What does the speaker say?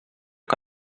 que